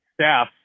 staff